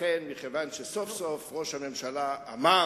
לכן מכיוון שסוף-סוף ראש הממשלה אמר